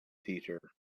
theater